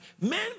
men